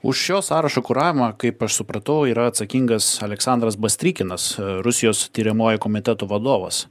už šio sąrašo kuravimą kaip aš supratau yra atsakingas aleksandras bastrykinas rusijos tiriamojo komiteto vadovas